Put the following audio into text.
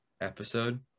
episode